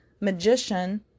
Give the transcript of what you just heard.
magician